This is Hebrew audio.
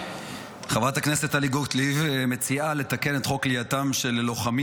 חברת הכנסת טלי גוטליב מציעה לתקן את חוק כליאתם של לוחמים